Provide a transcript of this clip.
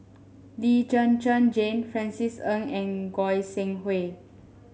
Lee Zhen Zhen Jane Francis Ng and Goi Seng Hui